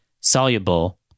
soluble